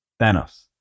Thanos